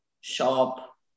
shop